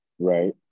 Right